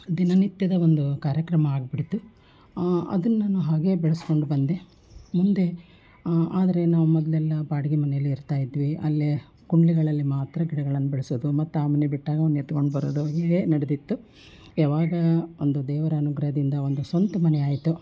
ದಿನನಿತ್ಯದ ಒಂದು ಕಾರ್ಯಕ್ರಮ ಆಗಿಬಿಡ್ತು ಅದನ್ನು ನಾನು ಹಾಗೇ ಬೆಳ್ಸ್ಕೊಂಡು ಬಂದೆ ಮುಂದೆ ಆದರೆ ನಾವು ಮೊದಲೆಲ್ಲ ಬಾಡಿಗೆ ಮನೆಲ್ಲಿ ಇರ್ತಾಯಿದ್ವಿ ಅಲ್ಲೇ ಕುಂಡಲಿಗಳಲ್ಲಿ ಮಾತ್ರ ಗಿಡಗಳನ್ನು ಬೆಳೆಸೋದು ಮತ್ತು ಆ ಮನೆ ಬಿಟ್ಟಾಗ ಅವ್ನ ಎತ್ಕೊಂಡು ಬರೋದು ಹೀಗೇ ನಡೆದಿತ್ತು ಯಾವಾಗ ಒಂದು ದೇವರ ಅನುಗ್ರಹದಿಂದ ಒಂದು ಸ್ವಂತ ಮನೆ ಆಯ್ತೋ